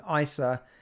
isa